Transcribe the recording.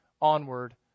onward